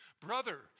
Brother